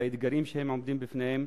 לאתגרים שהם עומדים בפניהם,